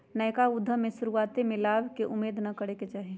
नयका उद्यम में शुरुआते में लाभ के उम्मेद न करेके चाही